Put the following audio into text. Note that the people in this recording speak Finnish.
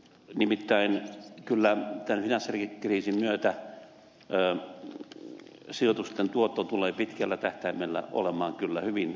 nimittäin tämän finanssikriisin myötä sijoitusten tuotto tulee pitkällä tähtäimellä olemaan kyllä hyvin alhainen